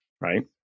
right